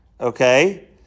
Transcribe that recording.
Okay